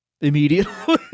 immediately